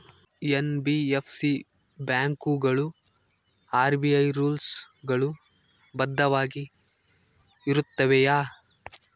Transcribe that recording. NBFC ಬ್ಯಾಂಕುಗಳು RBI rules ಗಳು ಬದ್ಧವಾಗಿ ಇರುತ್ತವೆಯ?